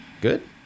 Good